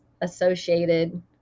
associated